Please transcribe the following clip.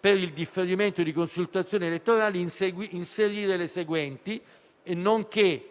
«per il differimento di consultazioni elettorali», si propone di inserire le seguenti: «, nonché